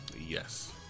Yes